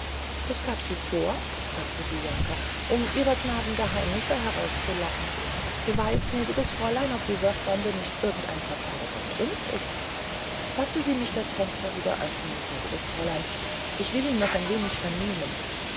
das gab sie vor sagte bianca um ihrer gnaden geheimnisse herauszulocken wer weiß gnädiges fräulein ob dieser fremde nicht irgend ein verkleideter prinz ist lassen sie mich das fenster wieder öfnen gnädiges fräulein ich will ich noch ein wenig vernehmen